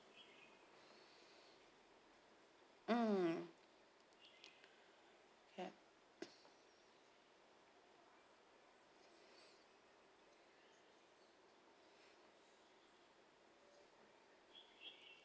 mm